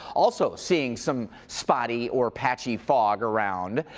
also seeing some spotty or patchy fog around.